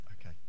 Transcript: Okay